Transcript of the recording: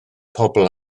pobl